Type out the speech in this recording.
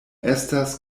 estas